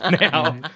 now